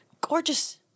gorgeous—